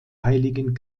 heiligen